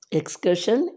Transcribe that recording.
excursion